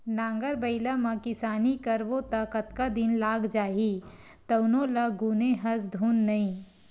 नांगर बइला म किसानी करबो त कतका दिन लाग जही तउनो ल गुने हस धुन नइ